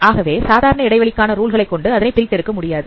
ஆகவே சாதாரண இடைவெளி கான ருல் கள் கொண்டு அதனை பிரித்தெடுக்க முடியாது